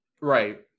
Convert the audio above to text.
right